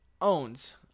owns